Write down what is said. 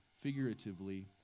figuratively